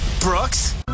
Brooks